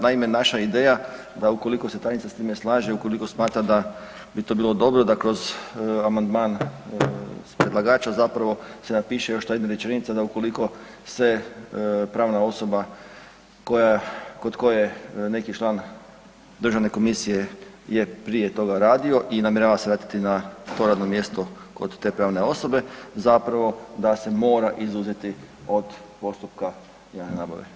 Naime, naša ideja da ukoliko se tajnica s time slaže, ukoliko smatra da bi to bilo dobro, da kroz amandman s predlagača zapravo se napiše još ta jedna rečenica da ukoliko se pravna osoba koja, kod koje neki član državne komisije je prije toga radio i namjerava se vratiti na to radno mjesto kod te pravne osobe zapravo da se mora izuzeti od postupka javne nabave.